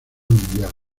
mundial